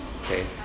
okay